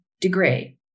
degrade